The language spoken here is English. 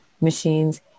machines